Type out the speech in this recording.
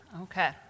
Okay